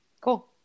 Cool